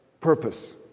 purpose